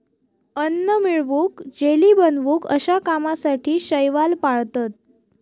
अन्न मिळवूक, जेली बनवूक अश्या कामासाठी शैवाल पाळतत